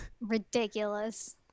Ridiculous